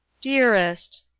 dearest!